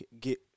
get